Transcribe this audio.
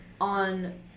on